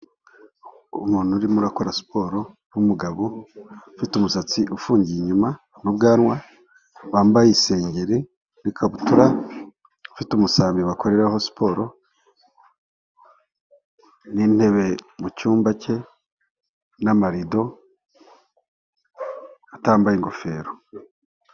Umuntu urimo urakora siporo n'umugabo ufite umusatsi ufungiye inyuma n'ubwanwa, wambaye isengeri n'ikabutura afite umusambi bakoreraho siporo n'intebe mu cyumba cye n'amarido, atambaye ingofero.